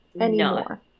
anymore